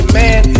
man